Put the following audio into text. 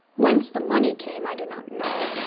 whence the money came i do not know,